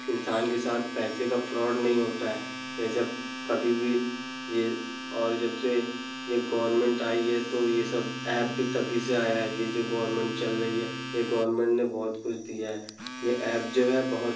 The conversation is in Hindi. इंसान के साथ पैसे का फ्रॉड नहीं होता है ये सब कभी भी ये और जब से ये गवर्नमेंट आई है तो ये सब एप भी तभी से आया है ये जो गवर्नमेंट चल रही है ये गवर्नमेंट ने बहुत कुछ दिया है ये एप जो है बहुत